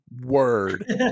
word